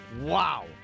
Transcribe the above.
Wow